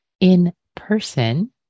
in-person